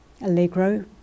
Allegro